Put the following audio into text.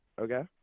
okay